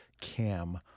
cam